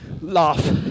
laugh